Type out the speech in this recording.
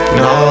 no